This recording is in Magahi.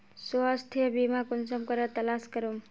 स्वास्थ्य बीमा कुंसम करे तलाश करूम?